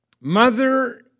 Mother